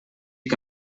que